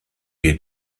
wir